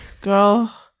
girl